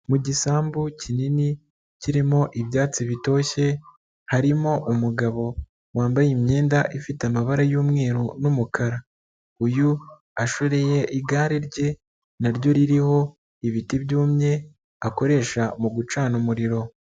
Mu gisambu kinini kirimo ibyatsi bitoshye, harimo umugabo wambaye imyenda ifite amabara y'umweru n'umukara, uyu ashoreye igare rye na ryo ririho ibiti byumye, akoresha mu gucana umuriro.